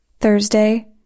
Thursday